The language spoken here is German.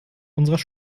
unserer